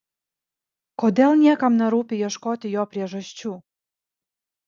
kodėl niekam nerūpi ieškoti jo priežasčių